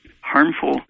harmful